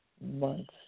months